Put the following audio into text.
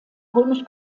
römisch